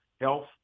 health